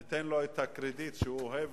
ניתן לו את הקרדיט שהוא אוהב